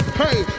hey